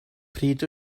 pryd